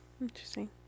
Interesting